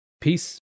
Peace